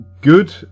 good